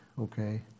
Okay